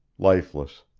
lifeless.